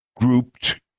Grouped